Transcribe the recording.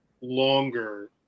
longer